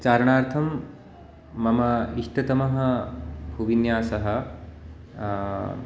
चारणार्थं मम इष्टतमः कुविन्यासः